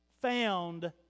found